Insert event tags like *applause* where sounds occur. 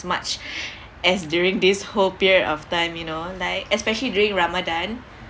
much *breath* as during this whole period of time you know like especially during ramadhan